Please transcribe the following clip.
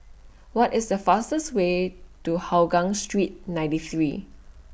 What IS The fastest Way to Hougang Street ninety three